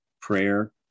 prayer